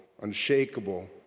unshakable